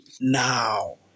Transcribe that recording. now